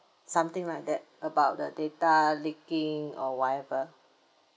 something like that about the data leaking or whatever